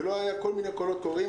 ולא היו כל מיני קולות קוראים.